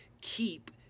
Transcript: keep